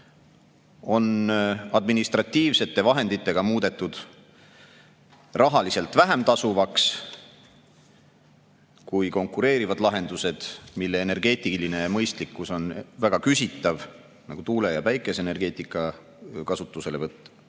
on administratiivsete vahenditega muudetud rahaliselt vähem tasuvaks kui konkureerivad lahendused, mille energeetiline mõistlikkus on väga küsitav, nagu tuule‑ ja päikeseenergeetika kasutuselevõtt,